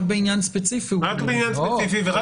רק בעניין ספציפי הוא קובע.